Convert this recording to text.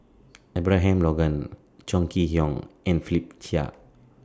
Abraham Logan Chong Kee Hiong and Philip Chia